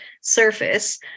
surface